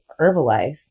Herbalife